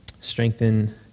Strengthen